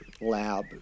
lab